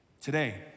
Today